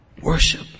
Worship